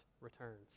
returns